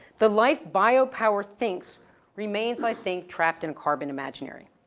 the life biopower thinks remains i think trapped in carbon imaginary.